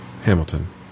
Hamilton